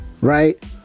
right